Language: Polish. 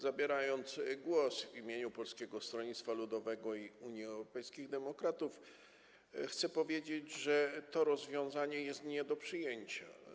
Zabierając głos w imieniu Polskiego Stronnictwa Ludowego i Unii Europejskich Demokratów, chcę powiedzieć, że to rozwiązanie jest nie do przyjęcia.